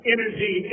energy